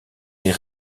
est